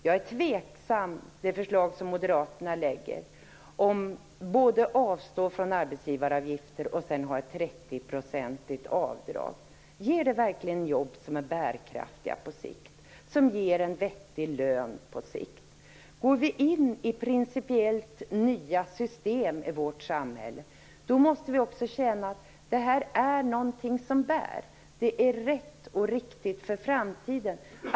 Jag är tveksam till det förslag som moderaterna lägger fram, om att avstå från arbetsgivaravgifter och dessutom ha ett 30-procentigt avdrag. Ger det verkligen jobb som är bärkraftiga på sikt, som ger en vettig lön på sikt? Går vi in i principiellt nya system i vårt samhälle måste vi också känna att det är något som bär, att det är rätt och riktigt för framtiden.